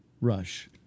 Rush